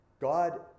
God